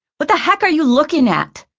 what the heck are you looking at?